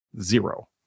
zero